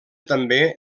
també